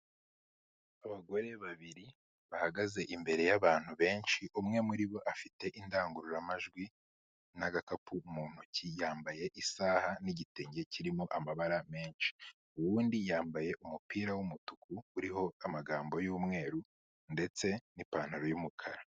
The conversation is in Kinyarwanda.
Abagore babiri bahagaze imbere y'abantu benshi, umwe muri bo afite indangururamajwi n'agakapu mu ntoki, yambaye isaha n'igitenge kirimo amabara menshi. Uwundi yambaye umupira w'umutuku uriho amagambo y'umweru ndetse n'ipantaro y'umukara.